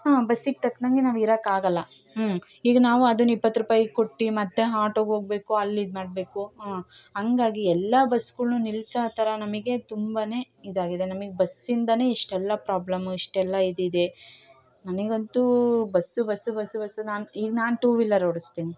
ಹಾಂ ಬಸ್ಸಿಗೆ ತಕ್ಕನಂಗೆ ನಾವು ಇರೋಕಾಗಲ್ಲ ಈಗ ನಾವು ಅದಿನ್ ಇಪ್ಪತ್ತು ರೂಪಾಯಿ ಕೊಟ್ಟು ಮತ್ತೆ ಆಟೋಗೆ ಹೋಗ್ಬೇಕು ಅಲ್ಲಿ ಇದು ಮಾಡಬೇಕು ಹಂಗಾಗಿ ಎಲ್ಲ ಬಸ್ಗಳ್ನು ನಿಲ್ಲಿಸೋ ಥರ ನಮಗೆ ತುಂಬಾ ಇದಾಗಿದೆ ನಮಗ್ ಬಸ್ಸಿಂದಾನೇ ಇಷ್ಟೆಲ್ಲ ಪ್ರಾಬ್ಲಮು ಇಷ್ಟೆಲ್ಲ ಇದು ಇದೆ ನನಗಂತೂ ಬಸ್ಸು ಬಸ್ಸು ಬಸ್ಸು ಬಸ್ಸು ನಾನು ಈಗ ನಾನು ಟೂ ವೀಲರ್ ಓಡಿಸ್ತಿನಿ